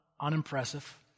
unimpressive